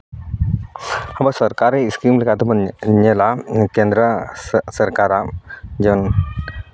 ᱟᱵᱚ ᱥᱚᱨᱠᱟᱨᱤ ᱤᱥᱠᱤᱢ ᱞᱮᱠᱟ ᱛᱮᱵᱚᱱ ᱧᱮᱞᱟ ᱠᱮᱱᱫᱨᱚ ᱥᱟᱨᱠᱟᱨᱟᱜ ᱡᱮᱢᱚᱱ